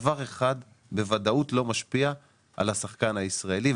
דבר אחד בוודאות לא משפיע על השחקן הישראלי,